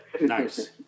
Nice